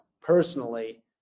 personally